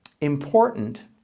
important